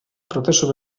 prozesu